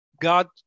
God